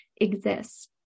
exists